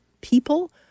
people